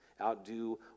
outdo